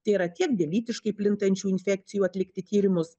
tai yra tiek dėl lytiškai plintančių infekcijų atlikti tyrimus